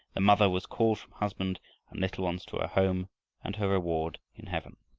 the mother was called from husband and little ones to her home and her reward in heaven.